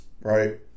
right